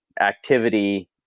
activity